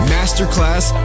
Masterclass